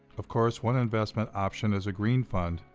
of course, one investment option is a green fund,